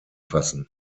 fassen